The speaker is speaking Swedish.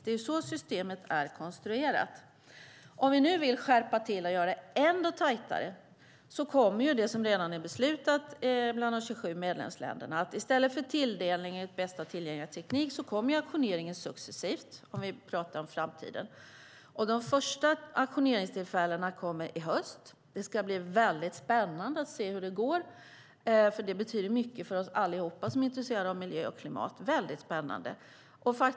Det är så systemet är konstruerat. Om vi vill skärpa systemet och göra det ännu tajtare kommer auktioneringen successivt - vilket redan är beslutat bland de 27 medlemsländerna - i stället för tilldelning enligt bästa tillgängliga teknik, om vi talar om framtiden. De första auktioneringstillfällena kommer i höst. Det ska bli spännande att se hur det går. Det betyder mycket för oss alla som är intresserade av miljö och klimat.